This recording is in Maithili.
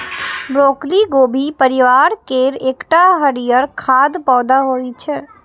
ब्रोकली गोभी परिवार केर एकटा हरियर खाद्य पौधा होइ छै